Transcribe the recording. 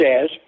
says